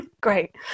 great